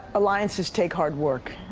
alliances take hard work.